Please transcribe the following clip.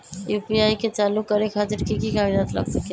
UPI के चालु करे खातीर कि की कागज़ात लग सकेला?